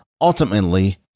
ultimately